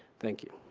thank you.